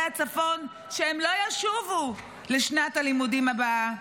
הצפון שהם לא ישובו לשנת הלימודים הבאה,